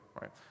right